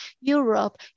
Europe